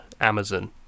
Amazon